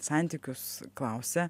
santykius klausia